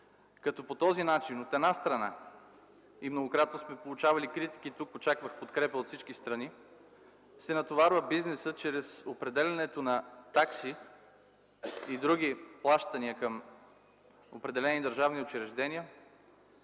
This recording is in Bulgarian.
като по този начин, от една страна (многократно сме получавали критики тук, очаквах подкрепа от всички страни), се натоварва бизнесът чрез определянето на такси и други плащания към определени държавни учреждения